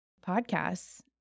podcasts